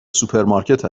سوپرمارکت